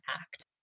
act